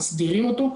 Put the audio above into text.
ומסדירים אותו.